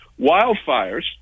wildfires—